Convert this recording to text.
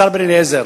השר בן-אליעזר,